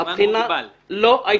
בזמן מוגבל.